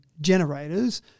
generators